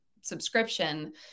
subscription